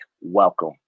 welcome